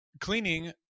Cleaning